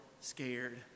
scared